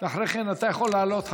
ואחרי כן אתה יכול לעלות,